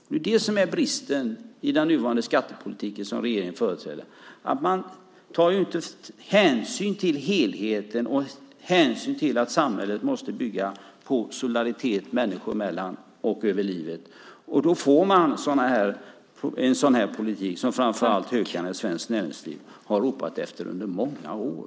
Och bristen i regeringens nuvarande skattepolitik är att man inte tar hänsyn till helheten och till att samhället måste bygga på solidaritet människor emellan genom livet. Och då får man en sådan här politik som framför allt hökarna i svenskt näringsliv har ropat efter under många år.